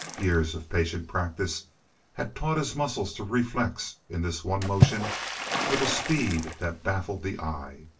years of patient practice had taught his muscles to reflex in this one motion with a speed that baffled the eye.